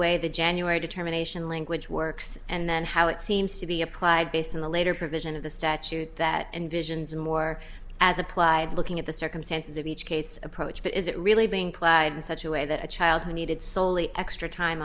way the january determination language works and then how it seems to be applied based on the later provision of the statute that envisions a more as applied looking at the circumstances of each case approach but is it really being clad in such a way that a child who needed soli extra time